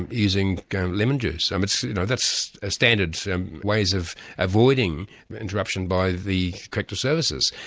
and using lemon juice. i mean so you know that's standard ways of avoiding interruption by the corrective services.